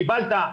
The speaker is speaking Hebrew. קיבלת,